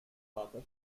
vater